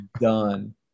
done